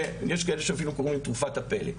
ויש כאלה שקוראים תרופת הפלא.